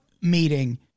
meeting